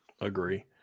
Agree